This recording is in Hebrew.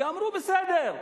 אמרו בסדר.